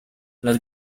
las